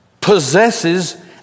possesses